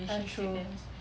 ah true